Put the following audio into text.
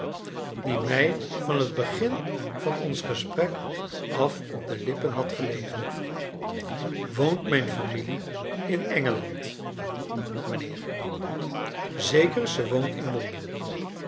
die mij van het begin van ons gesprek af op de lippen had gelegen woont mijn familie in engeland mijnheer zeker ze woont in londen